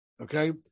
Okay